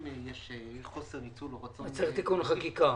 יש חוסר ניצול -- אז צריך תיקון חקיקה.